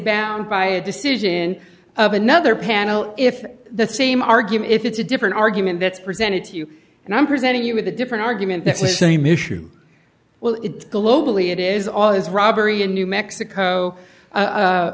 banned by a decision of another panel if the same argument if it's a different argument that's presented to you and i'm presenting you with a different argument that's the same issue well it globally it is all is robbery in new mexico